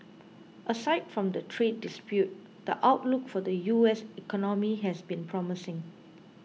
aside from the trade dispute the outlook for the U S economy has been promising